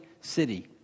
city